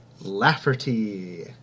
Lafferty